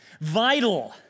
vital